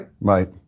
Right